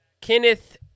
Kenneth